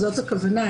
זאת הכוונה.